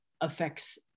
affects